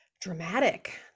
dramatic